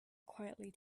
quietly